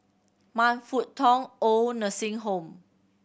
Man Fut Tong OId Nursing Home